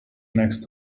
next